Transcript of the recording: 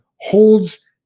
holds